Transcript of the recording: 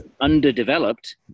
underdeveloped